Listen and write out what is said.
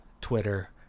Twitter